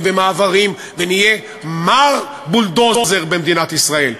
ומעברים ונהיה מר בולדוזר במדינת ישראל.